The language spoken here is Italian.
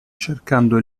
cercando